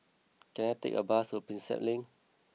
can I take a bus to Prinsep Link